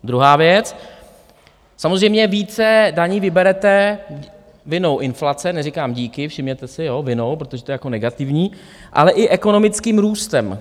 Druhá věc, samozřejmě více daní vyberete vinou inflace, neříkám díky, všimněte si vinou, protože to je jako negativní, ale i ekonomickým růstem.